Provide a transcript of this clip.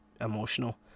emotional